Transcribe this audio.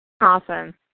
Awesome